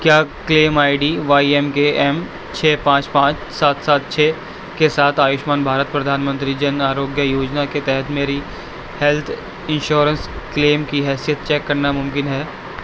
کیا claim I D Y M K M چھ پانچ پانچ سات چھ کے ساتھ آیوشمان بھارت پردھان منتری جن آروگیہ یوجنا کے تحت میری ہیلتھ انشورنس کلیم کی حیثیت چیک کرنا ممکن ہے